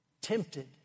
tempted